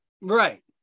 Right